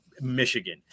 Michigan